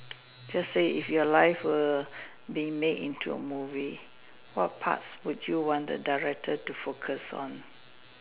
just say if your life were being made into a movie what parts would you like the director to focus on